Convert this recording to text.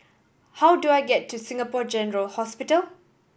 how do I get to Singapore General Hospital